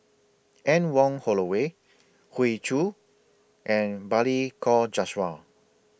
Anne Wong Holloway Hoey Choo and Balli Kaur Jaswal